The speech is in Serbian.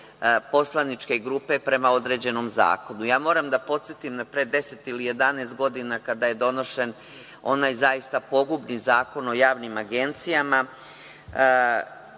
poslaničke grupe prema određenom zakonu. Ja moram da podsetim na pre 10 ili 11 godina kada je donošen onaj, zaista pogubni Zakon o javnim agencijama,